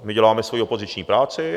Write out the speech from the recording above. My děláme svoji opoziční práci.